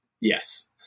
Yes